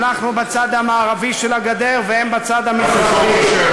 אנחנו בצד המערבי של הגדר והם בצד המזרחי.